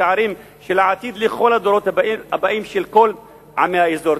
השערים של העתיד לכל הדורות הבאים של כל עמי האזור.